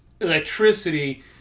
electricity